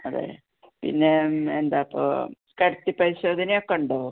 അതെയോ പിന്നെ എന്താണ് ഇപ്പോൾ കിടത്തി പരിശോധന ഒക്കെ ഉണ്ടോ